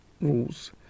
rules